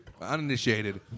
uninitiated